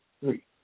Three